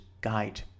guide